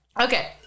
Okay